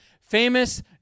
Famous